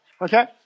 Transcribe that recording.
okay